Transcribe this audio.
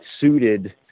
suited